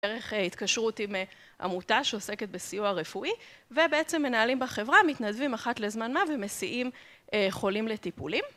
דרך התקשרות עם עמותה שעוסקת בסיוע רפואי ובעצם מנהלים בחברה, מתנדבים אחת לזמן מה ומסיעים חולים לטיפולים.